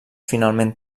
finament